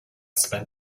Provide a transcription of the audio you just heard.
spent